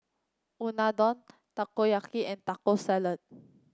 Unadon Takoyaki and Taco Salad